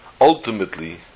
Ultimately